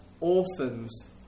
orphans